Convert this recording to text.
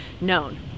known